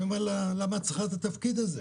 אני שואל אותה למה היא צריכה את התפקיד הזה.